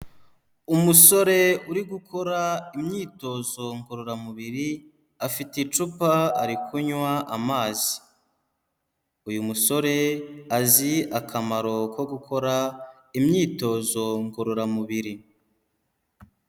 Umusore uri gukora imyitozo ngororamubiri, afite icupa ari kunywa amazi, uyu musore azi akamaro ko gukora imyitozo ngororamubiri.